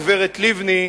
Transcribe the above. הגברת לבני,